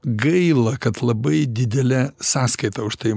gaila kad labai didelę sąskaitą už tai